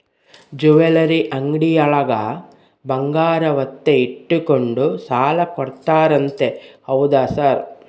Jewellery ಅಂಗಡಿಯೊಳಗ ಬಂಗಾರ ಒತ್ತೆ ಇಟ್ಕೊಂಡು ಸಾಲ ಕೊಡ್ತಾರಂತೆ ಹೌದಾ ಸರ್?